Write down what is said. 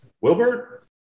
Wilbert